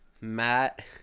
Matt